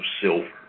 silver